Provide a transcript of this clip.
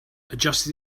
adjusted